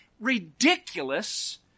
ridiculous